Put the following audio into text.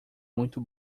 muito